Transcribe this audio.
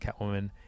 catwoman